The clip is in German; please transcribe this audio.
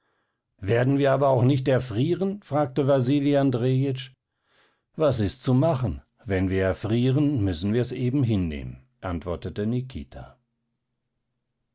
werden wir aber auch nicht erfrieren fragte wasili andrejitsch was ist zu machen wenn wir erfrieren müssen wir's eben hinnehmen antwortete nikita